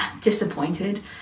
disappointed